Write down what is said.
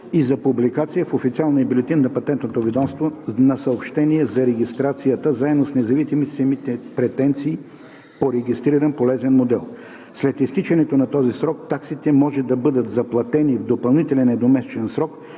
и за публикация в Официалния бюлетин на Патентното ведомство на съобщение за регистрацията заедно с независимите претенции по регистриран полезен модел. След изтичането на този срок таксите може да бъдат заплатени в допълнителен едномесечен срок,